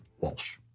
Walsh